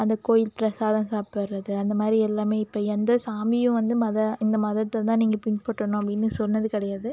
அந்த கோயில் பிரசாதம் சாப்பிட்றது அந்த மாதிரி எல்லாமே இப்போ எந்த சாமியும் வந்து மத இந்த மதத்தை தான் நீங்கள் பின்பற்றனும் அப்படின்னு சொன்னது கிடையாது